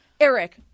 Eric